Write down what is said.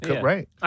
Right